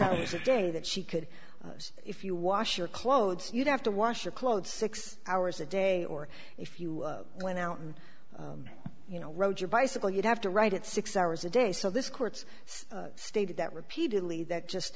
hours a day that she could if you wash your clothes you'd have to wash your clothes six hours a day or if you went out and you know rode your bicycle you'd have to write it six hours a day so this court's stated that repeatedly that just